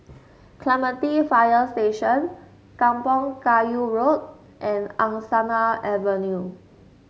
Clementi Fire Station Kampong Kayu Road and Angsana Avenue